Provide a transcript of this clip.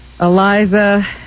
Eliza